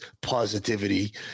positivity